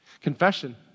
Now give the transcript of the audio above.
Confession